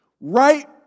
right